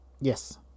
Yes